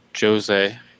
Jose